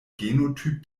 genotyp